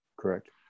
correct